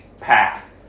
path